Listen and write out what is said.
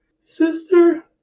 sister